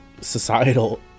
societal